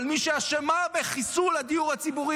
אבל מי שאשמה בחיסול הדיור הציבורי